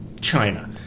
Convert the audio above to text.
China